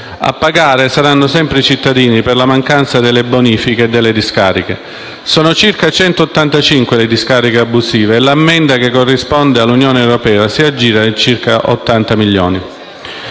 A pagare saranno sempre i cittadini per le mancate bonifiche delle discariche (sono circa 185 quelle abusive) e l'ammenda da corrispondere all'Unione europea si aggira su circa 80 milioni